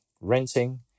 renting